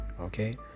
okay